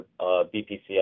BPCI